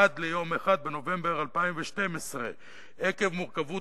עד ליום 1 בנובמבר 2012. עקב מורכבות